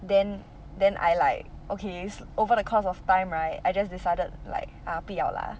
then then I like okay over the course of time right I just decided like !aiya! 不要 lah